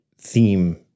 theme